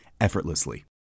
effortlessly